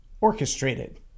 orchestrated